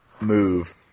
move